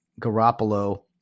Garoppolo